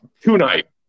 tonight